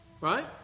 right